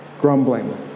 grumbling